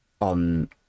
on